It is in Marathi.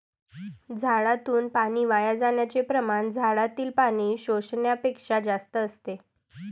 झाडातून पाणी वाया जाण्याचे प्रमाण झाडातील पाणी शोषण्यापेक्षा जास्त असते